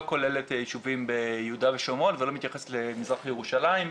כוללת יישובים ביהודה ושומרון ולא מתייחסת למזרח ירושלים,